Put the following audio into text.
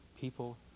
people